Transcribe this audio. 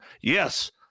yes